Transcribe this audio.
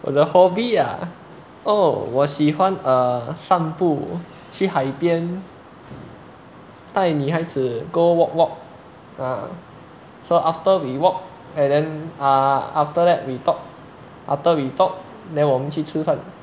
我的 hobby ah oh 我喜欢 err 散步去海边带女孩子 go walk walk uh so after we walk and then err after that we talk after we talk then 我们去吃饭